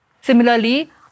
Similarly